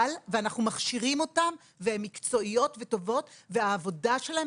אנחנו מכשירים אותן והן מקצועיות וטובות והעבודה שלהן